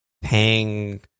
paying